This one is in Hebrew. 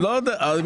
עוד נדבר על זה.